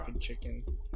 chicken